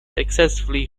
excessively